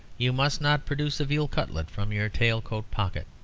you must not produce a veal cutlet from your tail-coat pocket.